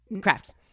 Crafts